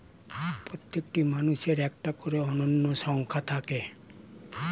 প্রত্যেকটি মানুষের একটা করে অনন্য সংখ্যা থাকে